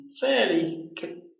fairly